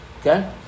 Okay